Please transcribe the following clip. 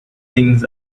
things